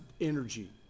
energy